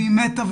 היא מתה,